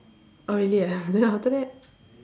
orh really ah then after that